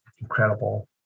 incredible